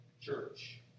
church